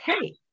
hey